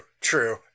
true